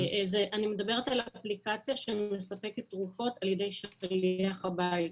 אני מדברת על האפליקציה שמספקת תרופות על ידי שליח הביתה.